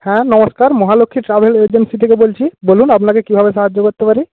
হ্যাঁ নমস্কার Mahalakshmi travel agency থেকে বলছি বলুন আপনাকে কীভাবে সাহায্য করতে পারি